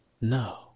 No